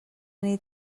nit